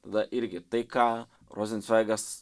tada irgi tai ką rozencveigas